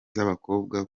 z’abakobwa